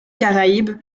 caraïbe